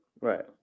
right